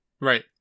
Right